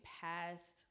past